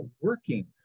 working